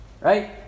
right